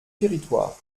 territoires